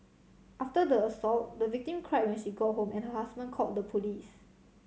after the assault the victim cried when she got home and her husband called the police